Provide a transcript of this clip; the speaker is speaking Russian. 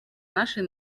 нашей